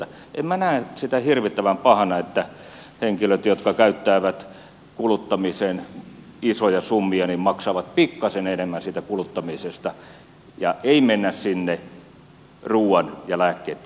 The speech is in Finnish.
en minä näe sitä hirvittävän pahana että henkilöt jotka käyttävät kuluttamiseen isoja summia maksavat pikkasen enemmän siitä kuluttamisesta ja ei mennä sinne ruuan ja lääkkeitten puolelle